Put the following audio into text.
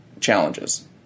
challenges